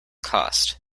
cost